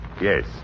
Yes